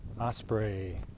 Osprey